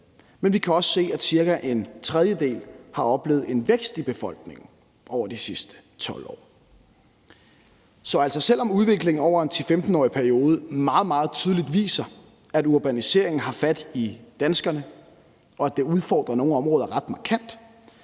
Men vi kan også se, at cirka en tredjedel har oplevet en vækst i befolkningen over de sidste 12 år. Kl. 19:20 Så selv om udviklingen over en 10-15-årig periode meget, meget tydeligt viser, at urbaniseringen har fat i danskerne, og at det udfordrer nogle områder ret markant,